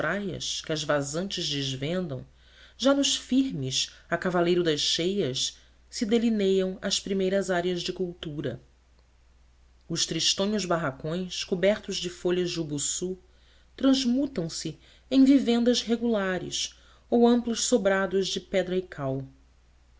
praias que as vazantes desvendam já nos firmes a cavaleiro das cheias se delineiam as primeiras áreas de cultura os tristonhos barracões cobertos de folhas de ubuçu transfundem se em vivendas regulares ou amplos sobrados de pedra e cal